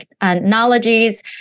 Technologies